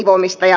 kolmanneksi